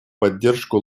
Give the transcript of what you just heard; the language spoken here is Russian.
поддержку